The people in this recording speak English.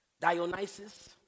Dionysus